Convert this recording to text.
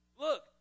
Look